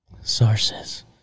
Sources